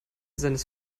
seines